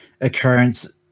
occurrence